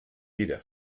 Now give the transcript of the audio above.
jeder